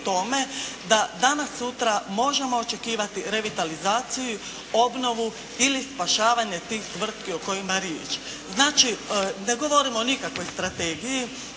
da danas sutra možemo očekivati revitalizaciju, obnovu ili spašavanje tih tvrtki o kojima je riječ. Znači ne govorim o nikakvoj strategiji.